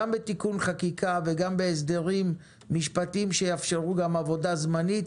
גם בתיקון חקיקה וגם בהסדרים משפטיים שיאפשרו גם עבודה זמנית,